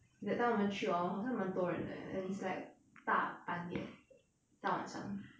that time 我们去 hor 好像蛮多人的 eh and it's like 大半夜大晚上的